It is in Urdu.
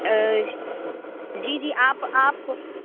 جی جی آپ آپ